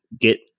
get